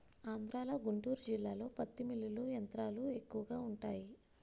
ఆంధ్రలో గుంటూరు జిల్లాలో పత్తి మిల్లులు యంత్రాలు ఎక్కువగా వుంటాయి